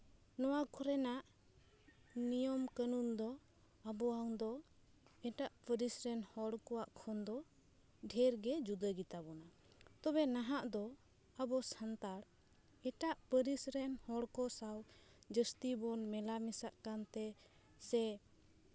ᱱᱚᱣᱟ ᱠᱚᱨᱮᱱᱟᱜ ᱱᱤᱭᱚᱢ ᱠᱟᱹᱱᱩᱱ ᱫᱚ ᱟᱵᱚᱣᱟᱝ ᱫᱚ ᱮᱴᱟᱜ ᱯᱟᱹᱨᱤᱥ ᱨᱮᱱ ᱦᱚᱲ ᱠᱚᱣᱟᱜ ᱠᱷᱚᱱ ᱫᱚ ᱰᱷᱮᱨ ᱜᱮ ᱡᱩᱫᱟᱹ ᱜᱮᱛᱟᱵᱚᱱᱟ ᱛᱚᱵᱮ ᱱᱟᱦᱟᱜ ᱫᱚ ᱟᱵᱚ ᱥᱟᱱᱛᱟᱲ ᱮᱴᱟᱜ ᱯᱟᱹᱨᱤᱥ ᱨᱮᱱ ᱦᱚᱲ ᱠᱚ ᱥᱟᱶ ᱡᱟᱹᱥᱛᱤ ᱵᱚᱱ ᱢᱮᱞᱟ ᱢᱮᱥᱟᱜ ᱠᱟᱱᱛᱮ ᱥᱮ